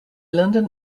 london